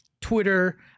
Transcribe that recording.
twitter